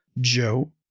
Joe